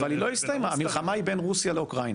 אבל היא לא הסתיימה המלחמה היא בין רוסיה לאוקראינה.